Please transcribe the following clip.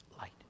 light